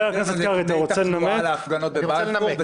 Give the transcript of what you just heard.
הוא יצליח להביא נתוני תחלואה על ההפגנות בבלפור?